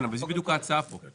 כן אבל זה בדיוק ההצעה פה.